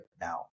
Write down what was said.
now